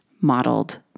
modeled